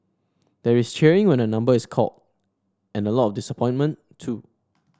there is cheering when a number is called and a lot of disappointment too